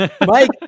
Mike